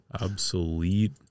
Obsolete